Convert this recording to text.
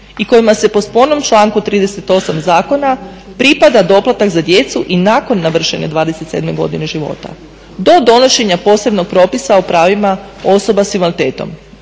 i kojima se po spornom članku 38. Zakona pripada doplatak za djecu i nakon navršene 27 godine života do donošenja posebnog propisa o pravima osoba sa invaliditetom.